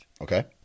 Okay